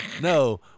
No